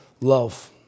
love